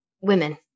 women